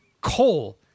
Coal